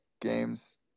games